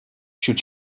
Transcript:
ҫут